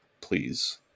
please